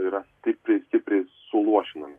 yra stipriai stipriai suluošinami